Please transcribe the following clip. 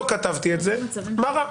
לא כתבתי את זה, מה רע.